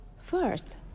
first